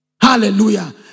Hallelujah